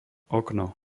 okno